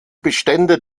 bestände